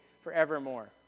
forevermore